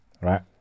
right